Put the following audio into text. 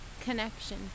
connection